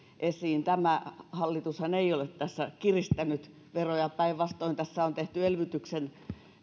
esiin tämä hallitushan ei ole tässä kiristänyt veroja päinvastoin tässä on tehty elvytyksen